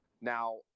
Now